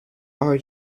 are